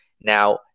Now